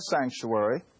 sanctuary